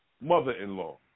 mother-in-law